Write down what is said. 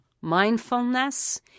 mindfulness